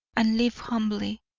and live humbly!